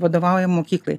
vadovauja mokyklai